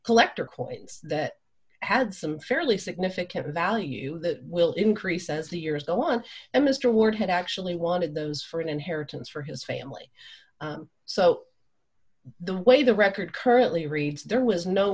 collector coins that had some fairly significant value that will increase as the years go on and mr ward had actually wanted those for an inheritance for his family so the way the record currently reads there was no